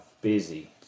busy